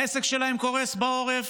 העסק שלהם קורס בעורף.